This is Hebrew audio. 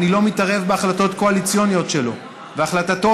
אני לא מתערב בהחלטות קואליציוניות שלו והחלטתו